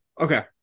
Okay